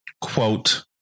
quote